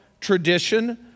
tradition